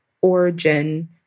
origin